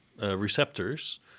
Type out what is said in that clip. receptors